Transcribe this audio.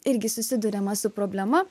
irgi susiduriama su problema